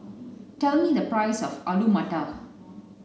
tell me the price of Alu Matar